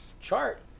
chart